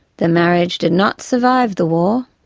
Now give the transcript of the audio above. the marriage did not survive the war.